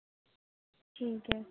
ٹھیک ہے